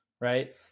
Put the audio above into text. right